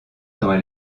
dans